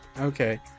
Okay